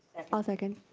i'll second.